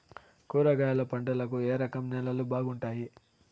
కూరగాయల పంటలకు ఏ రకం నేలలు బాగుంటాయి?